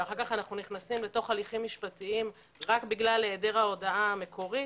ואחר כך אנחנו נכנסים להליכים משפטיים רק בגלל היעדר ההודעה המקורית,